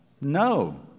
No